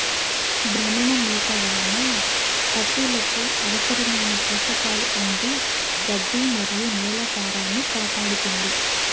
భ్రమణ మేత వలన పసులకు అవసరమైన పోషకాలు అంది గడ్డి మరియు నేల సారాన్నికాపాడుతుంది